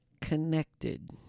connected